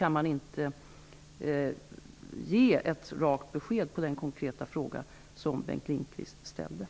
Därför går det inte att ge ett rakt besked på den konkreta fråga som Bengt Lindqvist ställde.